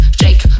shake